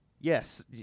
Yes